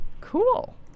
Cool